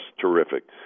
terrific